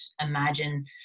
imagine